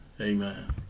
Amen